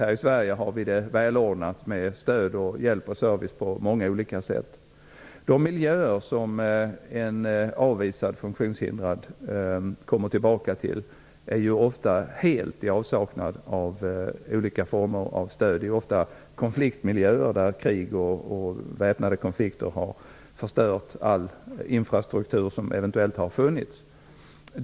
Här i Sverige har vi det välordnat med stöd, hjälp och service på många olika sätt. De miljöer som en avvisad funktionshindrad person kommer tillbaka till är ju ofta helt i avsaknad av olika former av stöd. Det är ju ofta fråga om konfliktmiljöer, där krig och väpnade konflikter har förstört all den infrastruktur som eventuellt har funnits.